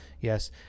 Yes